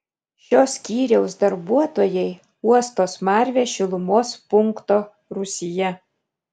šio skyriaus darbuotojai uosto smarvę šilumos punkto rūsyje